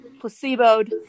placeboed